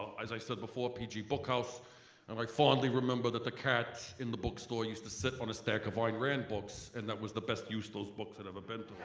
as i said before, pg book house and i fondly remember that the cat in the book store used to sit on a stack of iran books and that was the best use those books were ever